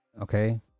Okay